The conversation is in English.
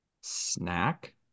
Snack